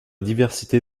diversité